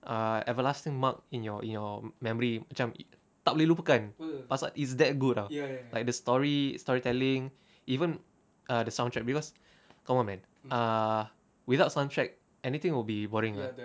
uh everlasting mark in your in your memory macam tak boleh lupakan it's that good ah like the story storytelling even uh the soundtrack cause come on man ah without soundtrack anything will be boring lah